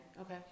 Okay